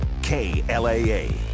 KLAA